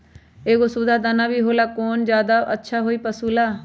एगो सुधा दाना भी होला कौन ज्यादा अच्छा होई पशु ला?